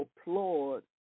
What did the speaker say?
applaud